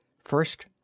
First